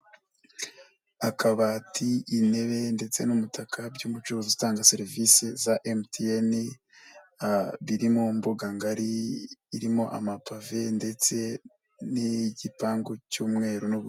Akabati, intebe ndetse n'ubutaka by'umucuruzi utanga serivisi za MTN, biri mu mbuga ngari irimo amapave ndetse n'igipangu cy'umweru n'ubururu.